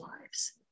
lives